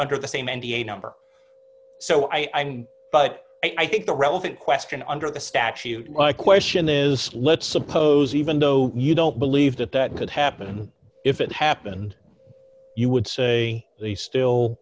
under the same n p a number so i but i think the relevant question under the statute my question is let's suppose even though you don't believe that that could happen if it happened you would say they still